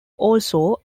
also